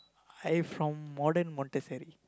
I from modern montessori